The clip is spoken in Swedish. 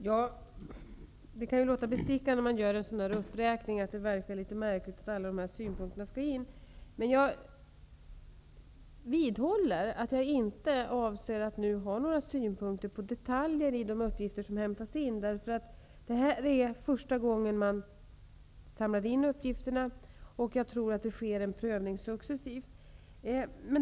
Herr talman! Det kan låta bestickande när man gör en sådan där uppräkning. Det verkar litet märkligt att alla de här synpunkterna skall lämnas in. Men jag vidhåller att inte nu ha några synpunkter på detaljer i de uppgifter som hämtas in. Det här är första gången man samlar in uppgifterna. Jag tror att det sker en prövning successivt.